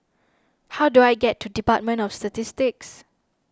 how do I get to Department of Statistics